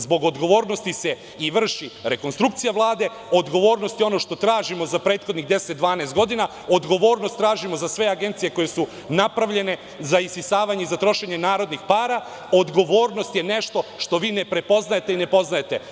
Zbog odgovornosti se i vrši rekonstrukcija Vlade, odgovornost je ono što tražimo za prethodnih 10-12 godina, odgovornost tražimo za sve agencije koje su napravljene za isisavanje i za trošenje narodnih para, odgovornost je nešto što vi ne prepoznajete i ne poznajete.